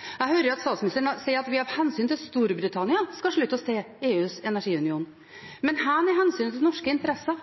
Jeg hører statsministeren si at vi av hensyn til Storbritannia skal slutte oss til EUs energiunion. Men hvor er hensynet til norske interesser?